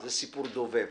זה סיפרו דובב.